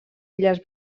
illes